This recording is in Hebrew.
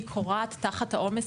היא קורעת תחת העומס,